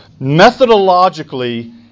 methodologically